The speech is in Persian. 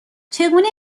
چگونه